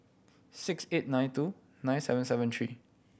six eight nine two nine seven seven three